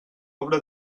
obra